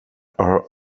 are